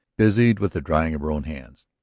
busied with the drying of her own hands.